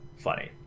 funny